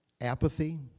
apathy